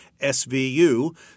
SVU